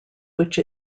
which